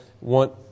want